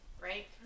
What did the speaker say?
right